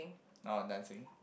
ah dancing